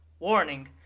Warning